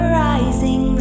rising